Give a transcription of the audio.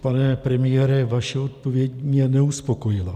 Pane premiére, vaše odpověď mě neuspokojila.